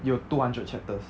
有 two hundred chapters